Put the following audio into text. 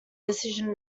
decision